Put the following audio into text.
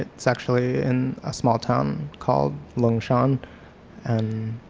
it's actually in a small town called lung shan and